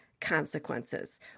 consequences